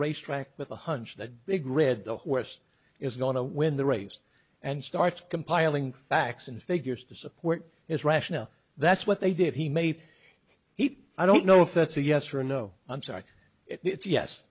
racetrack with a hunch that big red the horse is going to win the race and starts compiling facts and figures to support its rationale that's what they did he made he i don't know if that's a yes or no i'm sorry